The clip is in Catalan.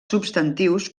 substantius